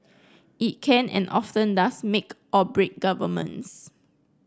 it can and often does make or break governments